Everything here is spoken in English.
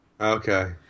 Okay